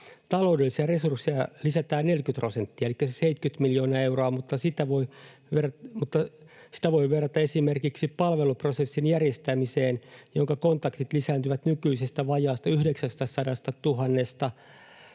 Taloudellisia resursseja lisätään 40 prosenttia elikkä se 70 miljoonaa euroa. Mutta sitä voi verrata esimerkiksi palveluprosessin järjestämiseen, jonka kontaktit lisääntyvät nykyisestä vajaasta 900 000:sta